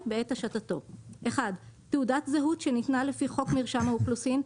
בעת השטתו: (1) תעודת זהות שניתנה לפי חוק מרשם האוכלוסין,